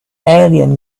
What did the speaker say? alien